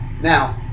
Now